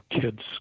kids